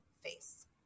face